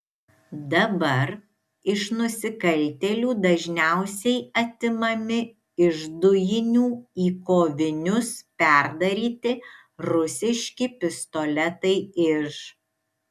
dabar iš nusikaltėlių dažniausiai atimami iš dujinių į kovinius perdaryti rusiški pistoletai iž